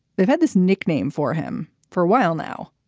they've had this nickname for him for a while now.